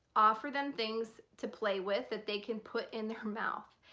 offer them things to play with that they can put in their mouth.